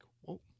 whoa